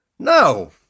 No